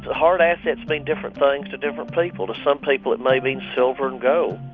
hard assets mean different things to different people. to some people it may mean silver and gold.